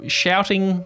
shouting